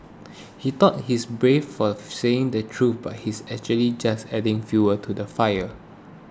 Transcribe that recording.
he thought he's brave for saying the truth but he's actually just adding fuel to the fire